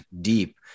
deep